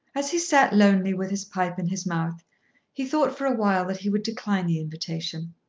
as he sat lonely with his pipe in his mouth he thought for a while that he would decline the invitation.